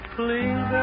please